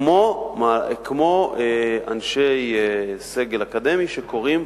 כמו אנשי סגל אקדמי שקוראים